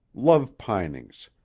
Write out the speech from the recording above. love-pinings,